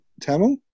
tamil